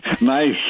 Nice